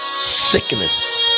sickness